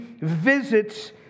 visits